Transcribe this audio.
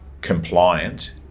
compliant